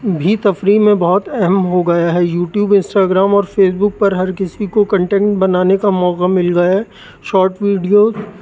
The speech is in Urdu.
بھی تفریح میں بہت اہم ہو گیا ہے یوٹیوب انسٹا گرام اور فیس بک پر ہر کسی کو کنٹینٹ بنانے کا موقع مل گیا ہے شارٹ ویڈیوز